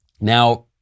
Now